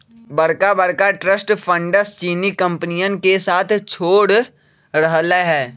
बड़का बड़का trust funds चीनी कंपनियन के साथ छोड़ रहले है